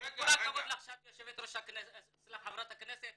עם כל הכבוד לך שאת חברת הכנסת,